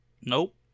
nope